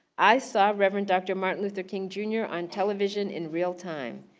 i saw reverend doctor martin luther king, jr on television in real time.